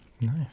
Nice